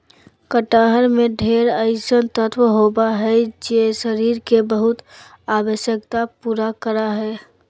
कटहल में ढेर अइसन तत्व होबा हइ जे शरीर के बहुत आवश्यकता पूरा करा हइ